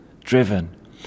driven